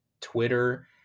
Twitter